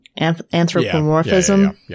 anthropomorphism